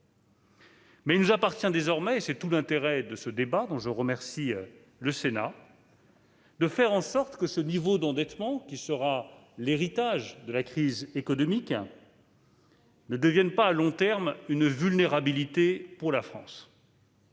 fort. Il nous appartient désormais, et c'est tout l'intérêt de ce débat, dont je remercie le Sénat, de faire en sorte que ce niveau d'endettement, qui sera l'héritage de la crise économique, ne devienne pas à long terme une vulnérabilité pour la France.